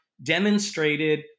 demonstrated